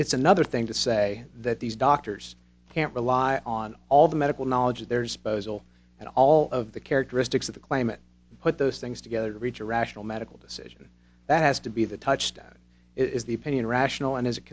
it's another thing to say that these doctors can't rely on all the medical knowledge there's pozole and all of the characteristics of the claimant put those things together to reach a rational medical decision that has to be the touchstone is the opinion rational and is